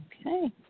Okay